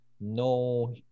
no